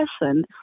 person